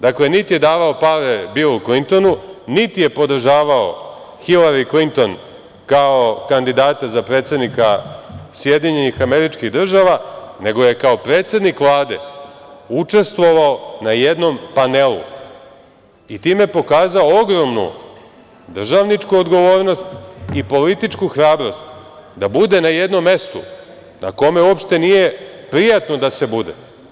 Dakle, niti je davao pare Bilu Klintonu, niti je podržavao Hilari Klinton kao kandidata za predsednika SAD, nego je kao predsednik Vlade učestovao na jednom panelu i time pokazao ogromnu državničku odgovornost i političku hrabrost da bude na jednom mestu, na kome uopšte nije prijatno da se bude.